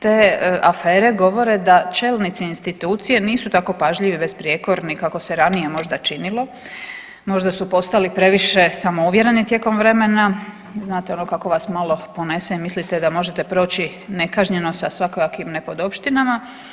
Te afere govore da čelnici institucije nisu tako pažljivi i besprijekorni kako se ranije možda činilo, možda su postali previše samouvjereni tijekom vremena, znate ono kako vas malo ponese i mislite da možete proći nekažnjeno sa svakojakim nepodopštinama.